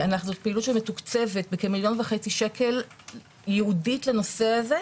זו פעילות שמתוקצבת בכמיליון וחצי שקל ייעודית לנושא הזה.